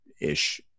ish